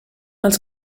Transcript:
els